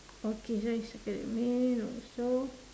okay so you circle that me also